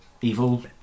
Evil